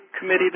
committee